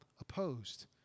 opposed